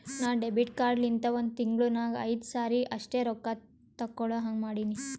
ನಾ debit card ಲಿಂತ ಒಂದ್ ತಿಂಗುಳ ನಾಗ್ ಐಯ್ದು ಸರಿ ಅಷ್ಟೇ ರೊಕ್ಕಾ ತೇಕೊಳಹಂಗ್ ಮಾಡಿನಿ